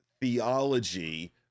theology